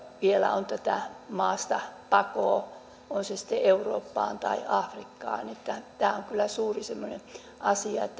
vielä on tätä maastapakoa on se sitten eurooppaan tai afrikkaan tämä on kyllä semmoinen suuri asia